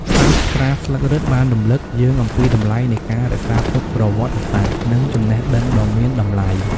សាស្រ្តាស្លឹករឹតបានរំលឹកយើងអំពីតម្លៃនៃការរក្សាទុកប្រវត្តិសាស្ត្រ និងចំណេះដឹងដ៏មានតម្លៃ។